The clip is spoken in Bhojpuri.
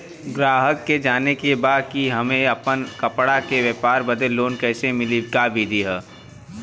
गराहक के जाने के बा कि हमे अपना कपड़ा के व्यापार बदे लोन कैसे मिली का विधि बा?